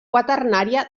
quaternària